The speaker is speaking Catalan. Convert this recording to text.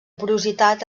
porositat